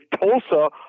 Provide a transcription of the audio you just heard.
Tulsa